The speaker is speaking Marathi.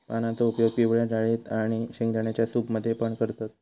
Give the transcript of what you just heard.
पानांचो उपयोग पिवळ्या डाळेत आणि शेंगदाण्यांच्या सूप मध्ये पण करतत